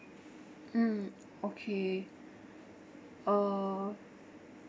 mm okay uh